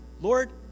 Lord